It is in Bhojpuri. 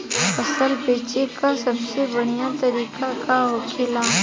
फसल बेचे का सबसे बढ़ियां तरीका का होखेला?